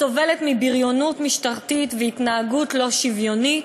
סובלת מבריונות משטרתית והתנהגות לא שוויונית.